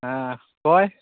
ᱦᱮᱸ ᱚᱠᱚᱭ